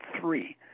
three